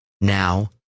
now